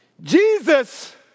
Jesus